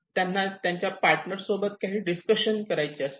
त्यांना त्यांच्या पार्टनर सोबत काही डिस्कशन करायचे असते